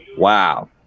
wow